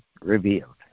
revealed